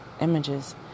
images